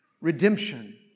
Redemption